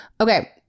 okay